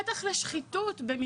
פתח לשחיתות.